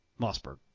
Mossberg